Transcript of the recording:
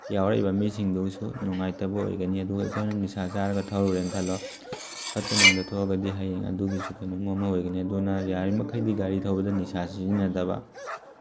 ꯌꯥꯎꯔꯛꯏꯕ ꯃꯤꯁꯤꯡꯗꯨꯕꯨꯁꯨ ꯅꯨꯡꯉꯥꯏꯇꯕ ꯑꯣꯏꯒꯅꯤ ꯑꯗꯨꯒ ꯑꯩꯈꯣꯏꯅ ꯅꯤꯁꯥ ꯆꯥꯔꯒ ꯊꯧꯔꯨꯔꯦꯅ ꯈꯜꯂꯣ ꯐꯠꯇ ꯅꯨꯡꯗ ꯊꯣꯛꯑꯒꯗꯤ ꯍꯌꯦꯡ ꯑꯗꯨꯒꯤꯁꯨ ꯀꯩꯅꯣꯝꯃ ꯑꯃ ꯑꯣꯏꯒꯅꯤ ꯑꯗꯨꯅ ꯌꯥꯔꯤꯕꯃꯈꯩꯗꯤ ꯒꯥꯔꯤ ꯊꯧꯕꯗ ꯅꯤꯁꯥ ꯁꯤꯖꯤꯟꯅꯗꯕ